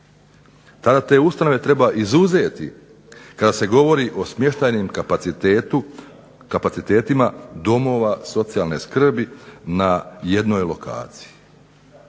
tada te ustanove treba izuzeti kada se govori o smještajnim kapacitetima domova socijalne skrbi na jednoj lokaciji.